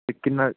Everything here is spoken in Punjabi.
ਕਿੰਨਾਂ